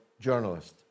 journalist